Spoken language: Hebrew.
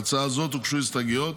להצעה זו הוגשו הסתייגויות.